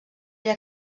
era